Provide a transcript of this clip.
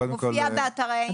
מופיע באתר האינטרנט.